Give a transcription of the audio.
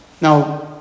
Now